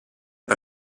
per